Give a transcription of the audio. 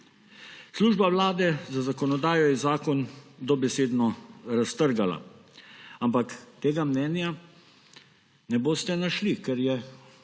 Služba Vlade za zakonodajo je zakon dobesedno raztrgala, ampak tega mnenja ne boste našli, ker je